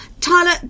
Tyler